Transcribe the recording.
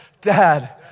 Dad